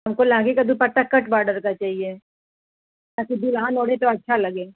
हमको लहंगे का दुप्पटा कट बॉर्डर का चाहिए ताकि दुल्हन ओढ़े तो अच्छा लगे